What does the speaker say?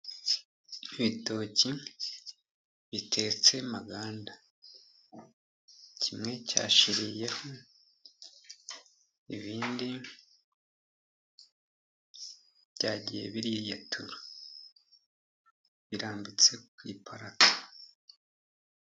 Ibitoki bitetse maganda. Kimwe cyashiriyeho, ibindi byagiye biririyatura. Birambitse ku iparato.